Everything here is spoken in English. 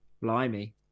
Blimey